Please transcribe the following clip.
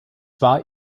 war